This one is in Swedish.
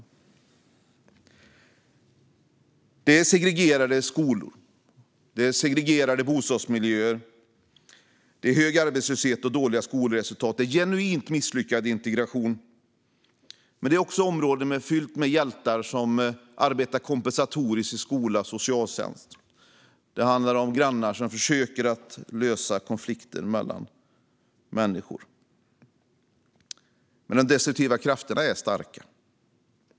Det handlar om segregerade skolor och bostadsmiljöer, hög arbetslöshet och dåliga skolresultat. Det handlar om genuint misslyckad integration. Men dessa områden är också fulla av hjältar som arbetar kompensatoriskt i skola och socialtjänst. Det handlar om grannar som försöker att lösa konflikter mellan människor. Men de destruktiva krafterna är starka.